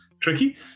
tricky